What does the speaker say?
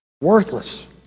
Worthless